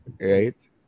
right